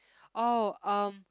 oh um